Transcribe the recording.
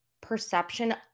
perception